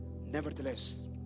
Nevertheless